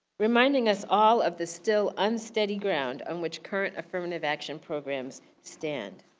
reminding us all of the still unsteady ground on which current affirmative action programs stand.